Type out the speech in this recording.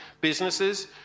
businesses